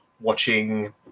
watching